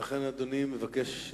ולכן אדוני מבקש,